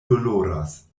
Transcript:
doloras